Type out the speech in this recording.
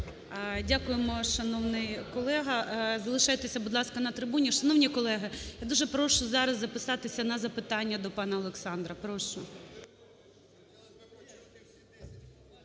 Дякуємо, шановний колего. Залишайтеся, будь ласка, на трибуні. Шановні колеги, я дуже прошу зараз записатися на запитання до пана Олександра. Прошу.